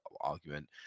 argument